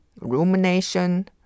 rumination